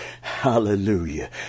hallelujah